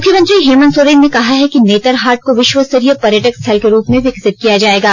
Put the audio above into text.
मुख्यमंत्री हेमंत सोरेन ने कहा है कि नेतरहाट को विश्वस्तरीय पर्यटक स्थल के रूप में विकसित किया जाएगा